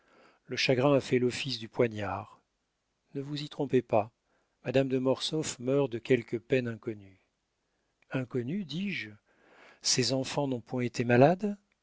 le chagrin a fait l'office du poignard ne vous y trompez pas madame de mortsauf meurt de quelque peine inconnue inconnue dis-je ses enfants n'ont point été malades